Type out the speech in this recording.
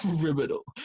criminal